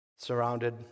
surrounded